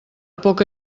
poca